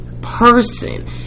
person